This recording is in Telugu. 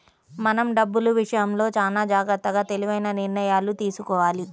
మనం డబ్బులు విషయంలో చానా జాగర్తగా తెలివైన నిర్ణయాలను తీసుకోవాలి